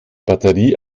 batterie